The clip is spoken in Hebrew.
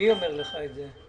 מי אומר לך את זה?